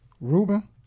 ruben